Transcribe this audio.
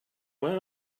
where